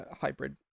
hybrid